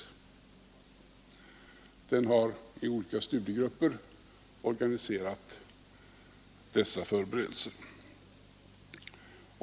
Den har i olika studiegrupper organiserat dessa förberedelser.